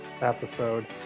episode